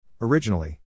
Originally